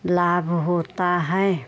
लाभ होता है